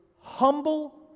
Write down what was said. humble